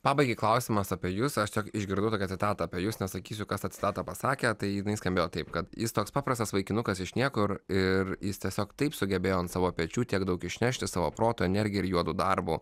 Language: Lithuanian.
pabaigai klausimas apie jus aš čia išgirdau tokią citatą apie jus nesakysiu kas citatą pasakė tai jinai skambėjo taip kad jis toks paprastas vaikinukas iš niekur ir jis tiesiog taip sugebėjo ant savo pečių tiek daug išnešti savo protu energija ir juodu darbu